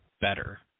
better